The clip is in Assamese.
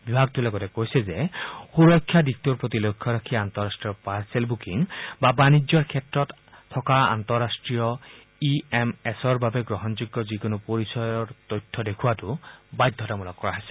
বিভাগটোৱে লগতে কৈছে যে সুৰক্ষা দিশটোৰ প্ৰতি লক্ষ্য ৰাখি আন্তঃৰাষ্ট্ৰীয় পাৰ্চেল বুকিং বা বাণিজ্যৰ ক্ষেত্ৰত থকা আন্তঃৰাষ্ট্ৰীয় ই এম এছৰ বাবে গ্ৰহণযোগ্য যিকোনো পৰিচয় তথ্য দেখুওৱাটো বাধ্যতামূলক কৰা হৈছে